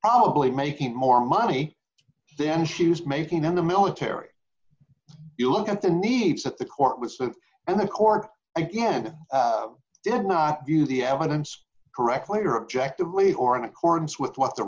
probably making more money then she is making in the military you look at the needs that the court was and the court again did not view the evidence correctly or objective way or in accordance with what the